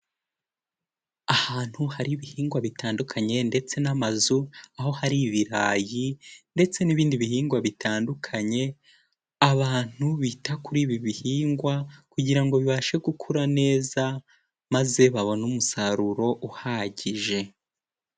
Ahantu hari ibihingwa bitandukanye ndetse n'amazu, aho hari ibirayi ndetse n'ibindi bihingwa bitandukanye, abantu bita kuri ibi bihingwa kugira ngo bibashe gukura neza, maze babone umusaruro uhagije.